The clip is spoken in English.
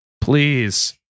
please